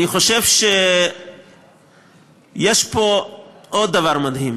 אני חושב שיש פה עוד דבר מדהים.